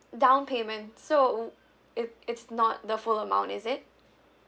downpayment so wou~ it it's not the full amount is it